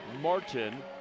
Martin